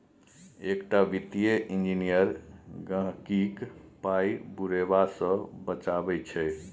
एकटा वित्तीय इंजीनियर गहिंकीक पाय बुरेबा सँ बचाबै छै